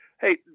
Hey